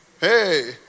hey